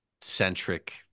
centric